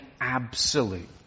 absolute